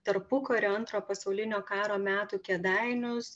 tarpukario antro pasaulinio karo metų kėdainius